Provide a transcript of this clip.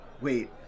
wait